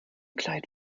kleid